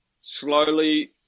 slowly